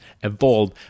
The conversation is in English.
evolve